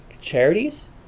charities